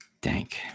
Dank